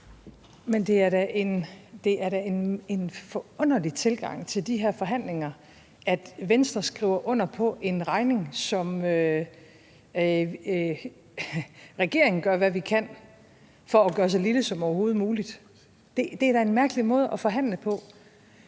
Men det er da en forunderlig tilgang til de her forhandlinger, at Venstre skriver under på en regning, som regeringen gør, hvad vi kan, for at gøre så lille som overhovedet muligt. Det er da en mærkelig måde at forhandle på.